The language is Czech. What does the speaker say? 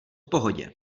pohodě